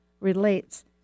relates